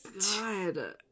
God